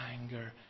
anger